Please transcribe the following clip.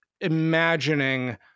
imagining